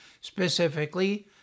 specifically